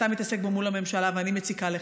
אתה מתעסק בו מול הממשלה ואני מציקה לך,